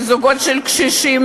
לזוגות של קשישים,